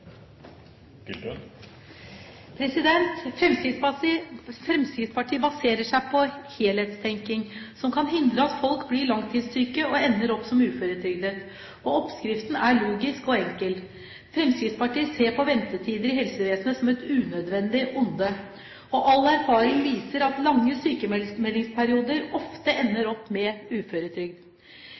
pensjonssystemet enklere. Fremskrittspartiet baserer seg på en helhetstenkning som kan hindre at folk blir langtidssyke og ender opp som uføretrygdet, og oppskriften er logisk og enkel. Fremskrittspartiet ser på ventetider i helsevesenet som et unødvendig onde, og all erfaring viser at lange sykmeldingsperioder ofte ender opp med